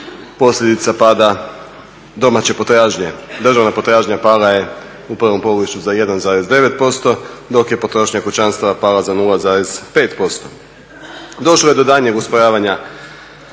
posljedica pada domaće potražnje. Državna potražnja pala je u prvom polugodištu za 1,9%, dok je potrošnja kućanstava pala za 0,5%. Došlo je do daljnjeg usporavanja